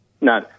No